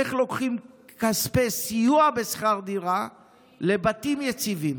איך לוקחים כספי סיוע בשכר דירה לבתים יציבים,